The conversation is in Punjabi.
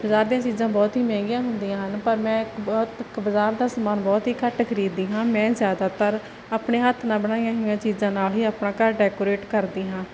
ਬਜ਼ਾਰ ਦੀਆਂ ਚੀਜ਼ਾਂ ਬਹੁਤ ਈ ਮਹਿੰਗੀਆਂ ਹੁੰਦੀਆਂ ਹਨ ਪਰ ਮੈਂ ਇੱਕ ਬਹੁਤ ਬਜ਼ਾਰ ਦਾ ਸਮਾਨ ਬਹੁਤ ਈ ਘੱਟ ਖਰੀਦਦੀ ਹਾਂ ਮੈਂ ਜ਼ਿਆਦਾਤਰ ਆਪਣੇ ਹੱਥ ਨਾਲ ਬਣਾਈਆਂ ਹੋਈਆਂ ਚੀਜ਼ਾਂ ਨਾਲ ਹੀ ਆਪਣਾ ਘਰ ਡੈਕੋਰੇਟ ਕਰਦੀ ਹਾਂ